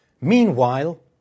Meanwhile